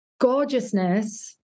gorgeousness